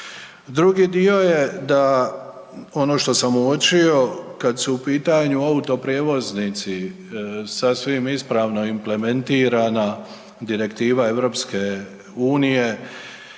Drugi dio je da ono što sam uočio, kad su u pitanju autoprijevoznici, sasvim ispravni implementirana direktiva EU-a od